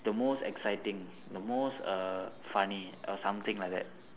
the most exciting the most err funny or something like that